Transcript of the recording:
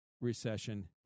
recession